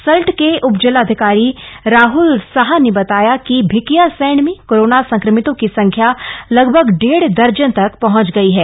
सल्ट के उपजिलाधिकारी राहल साह ने बताया कि भिकियासैंण में कोरोना संक्रमितों की संख्या लगभग डेढ़ दर्जन तक पहंच गयी है